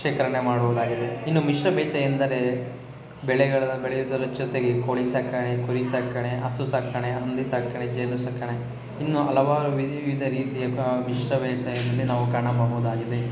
ಶೇಖರಣೆ ಮಾಡುವುದಾಗಿದೆ ಇನ್ನು ಮಿಶ್ರ ಬೇಸಾಯ ಎಂದರೆ ಬೆಳೆಗಳನ ಬೆಳೆಯುವುದರ ಜೊತೆಗೆ ಕೋಳಿ ಸಾಕಣೆ ಕುರಿ ಸಾಕಣೆ ಹಸು ಸಾಕಣೆ ಹಂದಿ ಸಾಕಣೆ ಜೇನು ಸಾಕಣೆ ಇನ್ನೂ ಹಲವಾರು ವೀವಿಧ ರೀತಿಯ ಕ ಮಿಶ್ರ ಬೇಸಾಯದಲ್ಲಿ ನಾವು ಕಾಣಬಹುದಾಗಿದೆ